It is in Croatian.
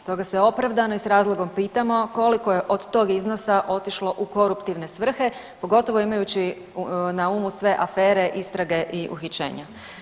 Stoga se opravdano i s razlogom pitamo koliko je od tog iznosa otišlo u koruptivne svrhe pogotovo imajući na umu sve afere, istrage i uhićenja.